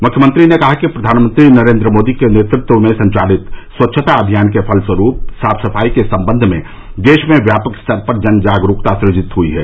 मुख्यमंत्री ने कहा कि प्रधानमंत्री नरेन्द्र मोदी के नेतृत्व में संचालित स्वच्छता अभियान के फलस्वरूप साफ सफाई के सम्बन्ध में देश में व्यापक स्तर पर जनजागरूकता सुजित हुई है